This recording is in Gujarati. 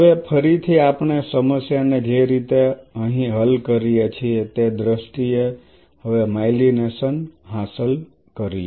હવે ફરીથી આપણે સમસ્યાને જે રીતે અહીં હલ કરીએ છીએ તે દ્રષ્ટિએ હવે માઇલિનેશન હાંસલ કરીએ